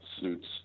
suits